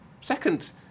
Second